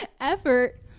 effort